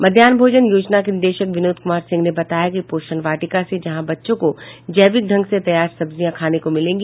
मध्याहन भोजन योजना के निदेशक विनोद कुमार सिंह ने बताया कि पोषण वाटिका से जहां बच्चों को जैविक ढंग से तैयार सब्जियां खाने को मिलेगी